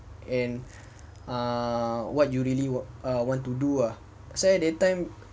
and uh what you really wa~ want to do ah pasal that time